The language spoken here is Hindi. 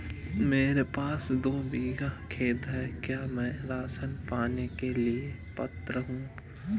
मेरे पास दो बीघा खेत है क्या मैं राशन पाने के लिए पात्र हूँ?